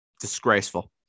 Disgraceful